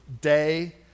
day